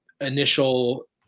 initial